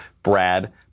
Brad